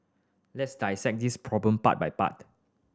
let's dissect this problem part by part